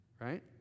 Right